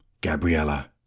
Gabriella